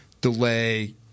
delay